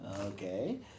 Okay